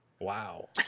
Wow